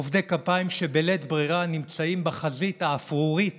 עובדי כפיים שבלית ברירה נמצאים בחזית האפרורית